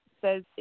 says